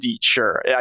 Sure